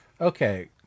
Okay